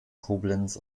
koblenz